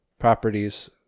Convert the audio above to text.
properties